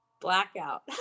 Blackout